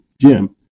Jim